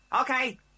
Okay